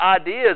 ideas